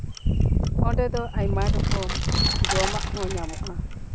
ᱚᱸᱰᱮ ᱫᱚ ᱟᱭᱢᱟ ᱨᱚᱠᱚᱢ ᱡᱚᱢᱟᱜ ᱦᱚᱸ ᱧᱟᱢᱚᱜᱼᱟ